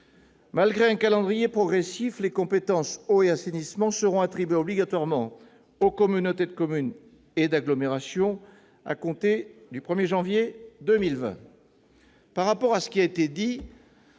Malgré un calendrier progressif, les compétences « eau » et « assainissement » seront attribuées obligatoirement aux communautés de communes et d'agglomération à compter du 1 janvier 2020.